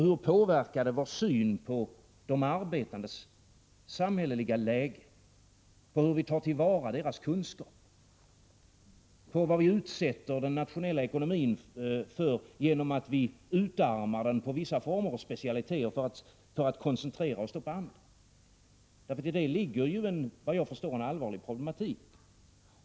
Hur påverkar det vår syn på de arbetandes samhälleliga läge? Bör vi ta till vara deras kunskaper om vad vi utsätter den internationella ekonomin för genom att vi utarmar den på vissa former och specialiteter för att koncentrera oss på andra? I detta ligger en allvarlig problematik.